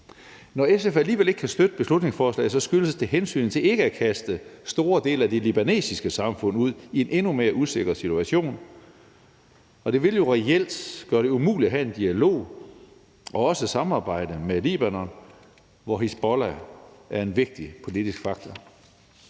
Når SF alligevel ikke kan støtte beslutningsforslaget, skyldes det hensynet til ikke at kaste store dele af det libanesiske samfund ud i en endnu mere usikker situation. Det vil jo reelt gøre det umuligt at have en dialog og også et samarbejde med Libanon, hvor Hizbollah er en vigtig politisk faktor.